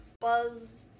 buzz